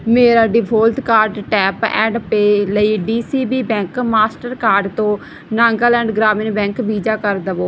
ਮੇਰਾ default card tap and pay ਲਈ D C B bank Mastercard ਤੋਂ Nagaland Gramin bank Visa ਕਰ ਦੇਵੋ